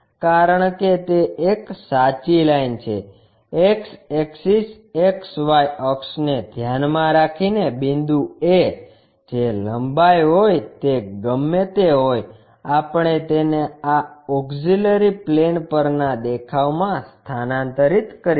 કારણ કે તે એક સાચી લાઇન છે X axis XY અક્ષને ધ્યાનમાં રાખીને બિંદુ a જે લંબાઈ હોય તે ગમે તે હોય આપણે તેને આ ઓક્ષીલરી પ્લેન પરના દેખાવમાં સ્થાનાંતરિત કરીશું